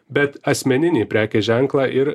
bet asmeninį prekės ženklą ir